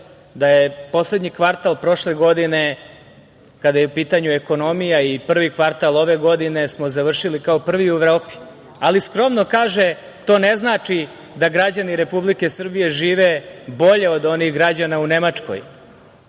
da je poslednji kvartal prošle godine, kada je u pitanju ekonomija i prvi kvartal ove godine smo završili kao prvi u Evropi, ali skromno kaže, to ne znači da građani Republike Srbije žive bolje od onih građana u Nemačkoj,